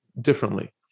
differently